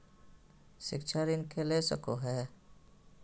शिक्षा ऋण के ले सको है?